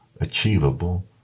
achievable